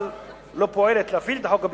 אבל לא פועלת להפעיל את החוק הביומטרי.